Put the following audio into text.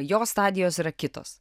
jo stadijos yra kitos